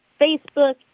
Facebook